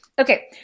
Okay